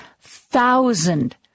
thousand